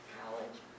college